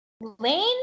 Lane